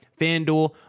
Fanduel